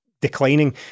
declining